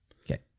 Okay